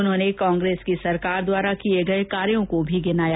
उन्होंने कांग्रेस की सरकार द्वारा किए गए कार्यों को भी गिनाया